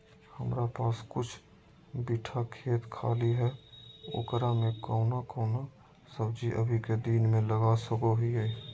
हमारा पास कुछ बिठा खेत खाली है ओकरा में कौन कौन सब्जी अभी के दिन में लगा सको हियय?